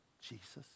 Jesus